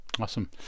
Awesome